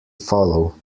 follow